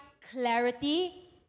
clarity